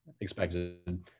expected